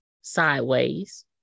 sideways